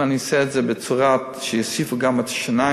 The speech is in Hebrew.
אם אני אעשה את זה בצורה שיוסיפו גם את השיניים,